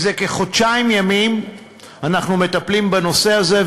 זה כחודשיים ימים אנחנו מטפלים בנושא הזה,